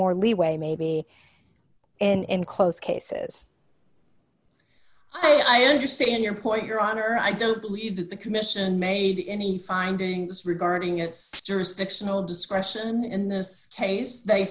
more leeway maybe in close cases i understand your point your honor i don't believe that the commission made any findings regarding its jurisdiction of discretion in this case they